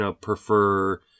prefer